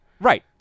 Right